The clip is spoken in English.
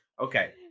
Okay